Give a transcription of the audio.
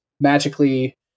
magically